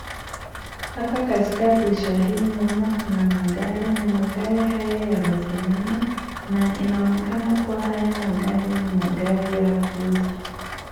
Hapa katika picha hii naona kuna magari, na magari haya imesimama, na inaonekana kuwa haya magari ni magari ya kuuza.